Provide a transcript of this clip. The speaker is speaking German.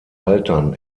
altern